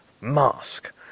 Mask